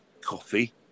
coffee